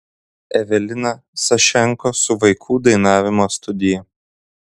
evelina sašenko su vaikų dainavimo studija